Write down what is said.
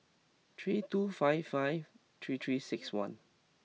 three two five five three three six one